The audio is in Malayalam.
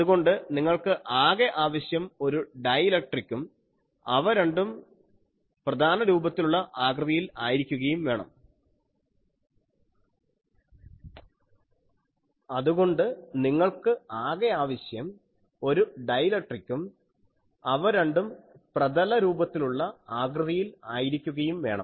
അതുകൊണ്ട് നിങ്ങൾക്ക് ആകെ ആവശ്യം ഒരു ഡൈയിലക്ട്രിക്കും അവ രണ്ടും പ്രതലരൂപത്തിലുള്ള ആകൃതിയിൽ ആയിരിക്കുകയും വേണം